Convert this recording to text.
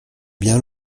bien